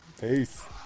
peace